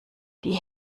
die